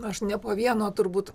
aš ne po vieno turbūt